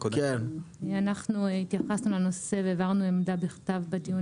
אנחנו התייחסנו לנושא והעברנו עמדה בכתב בדיון